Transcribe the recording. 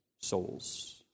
souls